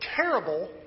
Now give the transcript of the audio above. terrible